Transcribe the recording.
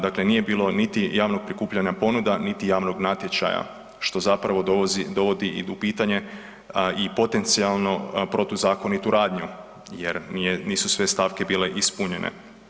Dakle, nije bilo niti javnog prikupljanja ponuda, niti javnog natječaja što dovodi do pitanja i potencijalno protuzakonitu radnju jer nisu sve stavke bile ispunjene.